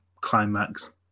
climax